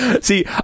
See